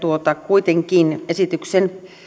kuitenkin esityksen